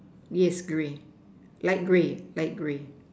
yes grey light grey light grey